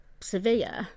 severe